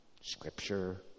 Scripture